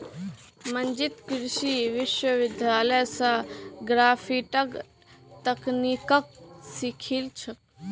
मंजीत कृषि विश्वविद्यालय स ग्राफ्टिंग तकनीकक सीखिल छ